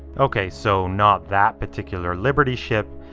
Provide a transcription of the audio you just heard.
okay, so not that particular liberty ship,